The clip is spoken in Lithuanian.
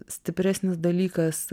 stipresnis dalykas